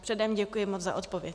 Předem děkuji moc za odpověď.